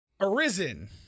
Arisen